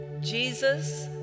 Jesus